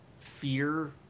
Fear